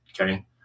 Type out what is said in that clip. Okay